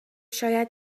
شاید